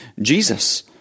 Jesus